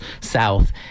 south